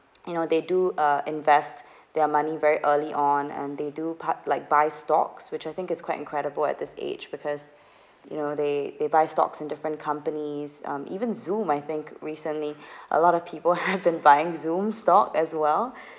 you know they do uh invest their money very early on and they do part like buy stock which I think is quite incredible at this age because you know they they buy stocks in different companies um even zoom I think recently a lot of people have been buying Zoom stock as well